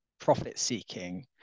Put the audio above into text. profit-seeking